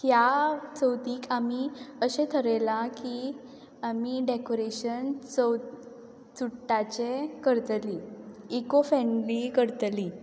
ह्या चवथीक आमी अशें थरयलां की आमी डेकोरेशन चव चुट्टाचे करतली इको फ्रेंडली करतली